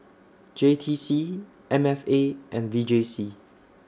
J T C M F A and V J C